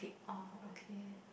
orh okay